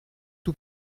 tout